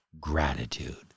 gratitude